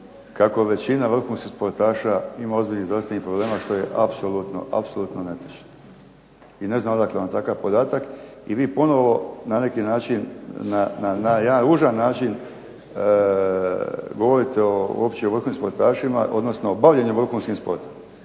kako većina vrhunskih sportaša ima ozbiljnih zdravstvenih problema što je apsolutno, apsolutno netočno i ne znam odakle vam takav podatak. I ponovo na neki način, na jedan ružan način govorite o opće vrhunskim sportašima, odnosno o bavljenjem vrhunskim sportom